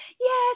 yes